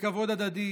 הדדי